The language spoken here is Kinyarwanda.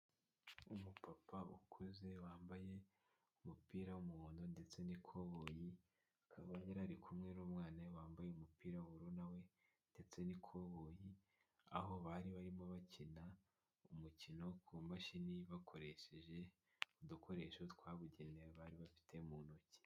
Umupapa ukuze wambaye umupira w'umuhondo ndetse n'ikoboyi akaba yari ari kumwe n'umwana wambaye umupira w'uburu na we ndetse n'ikoboyi aho bari barimo bakina umukino kumashini bakoresheje udukoresho twabugenewe bari bafite mu ntoki.